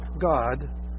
God